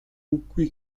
үгүй